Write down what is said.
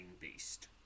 beast